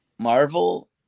Marvel